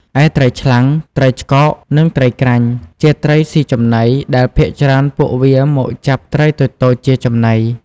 ឯ ត្រីឆ្លាំង ត្រីឆ្កោក និងត្រីក្រាញ់ ជាត្រិសុីចំណី ដែលភាគច្រើនពួកវាមកចាប់ត្រីតូចៗជាចំណី។